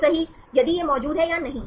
तो सही यदि यह मौजूद है या नहीं